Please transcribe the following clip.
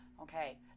Okay